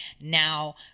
now